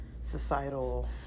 societal